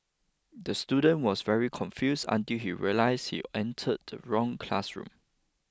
the student was very confuse until he realised he entered the wrong classroom